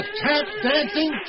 tap-dancing